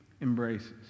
embraces